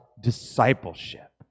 discipleship